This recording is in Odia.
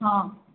ହଁ